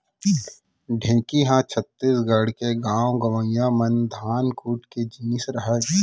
ढेंकी ह छत्तीसगढ़ के गॉंव गँवई म धान कूट के जिनिस रहय